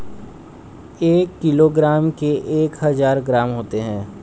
एक किलोग्राम में एक हजार ग्राम होते हैं